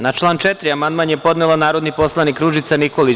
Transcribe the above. Na član 4. amandman je podnela narodni poslanik Ružica Nikolić.